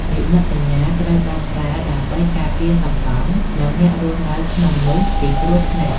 និមិត្តសញ្ញា ត្រូវបានប្រើដើម្បីការពារសំណង់ និងអ្នករស់នៅក្នុងនោះពីគ្រោះថ្នាក់។